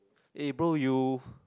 eh bro you